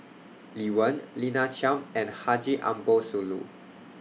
Lee Wen Lina Chiam and Haji Ambo Sooloh